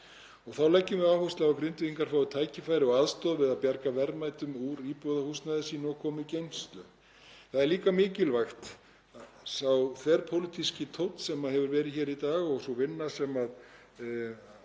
í. Þá leggjum við áherslu á að Grindvíkingar fái tækifæri og aðstoð við að bjarga verðmætum úr íbúðarhúsnæði sínu og koma í geymslu. Það er líka mikilvægur sá þverpólitíski tónn sem hefur verið hér í dag og sú vinna sem